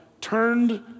turned